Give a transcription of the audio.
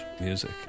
music